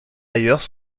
ailleurs